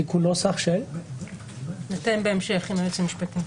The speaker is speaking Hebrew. נתאם בהמשך עם היועץ המשפטי.